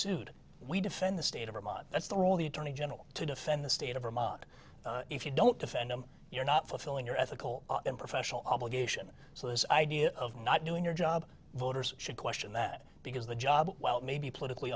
sued we defend the state of vermont that's the role of the attorney general to defend the state of vermont if you don't defend them you're not fulfilling your ethical and professional obligation so this idea of not doing your job voters should question that because the job well maybe politically